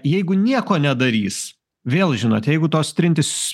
jeigu nieko nedarys vėl žinot jeigu tos trintys